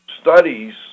studies